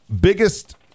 biggest